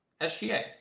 SGA